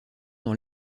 dans